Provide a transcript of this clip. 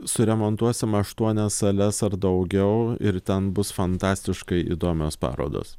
suremontuosim aštuonias sales ar daugiau ir ten bus fantastiškai įdomios parodos